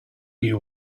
you